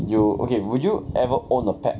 you okay would you ever own a pet